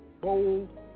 bold